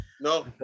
No